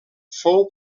fou